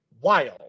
wild